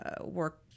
work